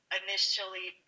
initially